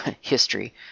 history